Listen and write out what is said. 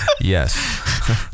yes